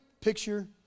picture